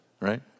Right